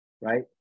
right